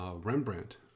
Rembrandt